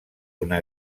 una